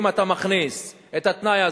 אם אתה מכניס את התנאי הזה,